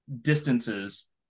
distances